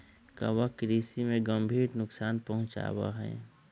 कवक कृषि में गंभीर नुकसान पहुंचावा हई